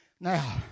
Now